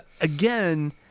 again